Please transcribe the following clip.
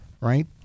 right